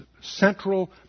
central